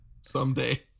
someday